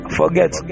forget